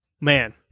Man